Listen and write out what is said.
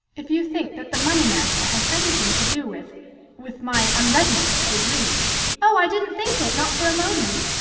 if you think that the money matter has anything to do with with my unreadiness to agree oh, i didn't think it not for a moment.